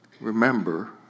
remember